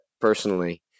personally